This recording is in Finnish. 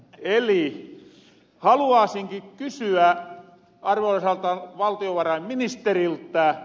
eli haluaasinki kysyä arvoisalta valtiovarainministeriltä